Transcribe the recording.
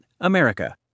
America